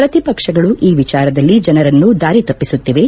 ಪ್ರತಿಪಕ್ಷಗಳು ಈ ವಿಚಾರದಲ್ಲಿ ಜನರನ್ನು ದಾರಿ ತಪ್ಪಿಸುತ್ತಿವೆ